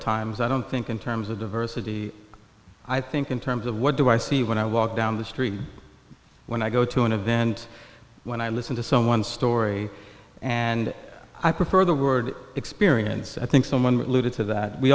times i don't think in terms of diversity i think in terms of what do i see when i walk down the street when i go to an event when i listen to some one story and i prefer the word experience i think someone